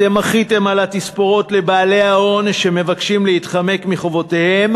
אתם מחיתם על התספורות לבעלי ההון שמבקשים להתחמק מחובותיהם,